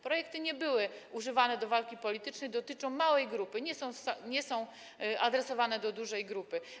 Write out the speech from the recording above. Projekty nie były używane do walki politycznej, dotyczą małej grupy osób, nie są adresowane do dużej grupy.